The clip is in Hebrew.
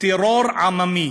טרור עממי.